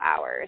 hours